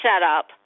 setup